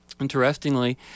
Interestingly